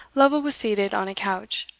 lovel was seated on a couch,